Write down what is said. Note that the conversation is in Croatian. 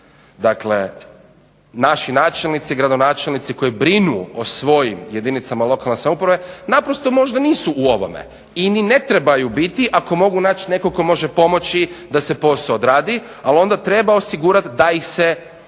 Dakle naši načelnici, gradonačelnici koji brinu o svojim jedinicama lokalne samouprave naprosto možda nisu u ovome i ni ne trebaju biti ako mogu naći nekog tko može pomoći da se posao odradi, ali onda treba osigurat da ih se, znači